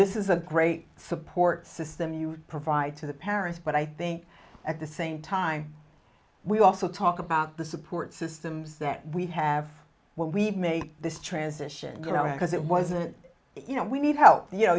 this is a great support system you provide to the parents but i think at the same time we also talk about the support systems that we have when we've made this transition because it wasn't you know we need help you know